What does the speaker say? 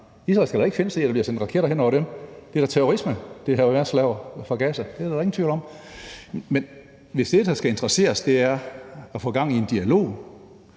Israel skal da ikke finde sig i, at der bliver sendt raketter hen over dem – det er da terrorisme, Hamas laver fra Gaza; det er der da ingen tvivl om. Men hvis det, der skal interessere os, er at få gang i en dialog